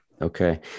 Okay